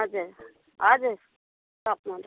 हजुर हजुर टप मोडलको